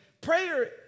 prayer